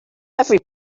every